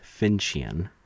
Finchian